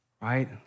right